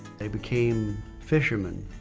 they became fishermen.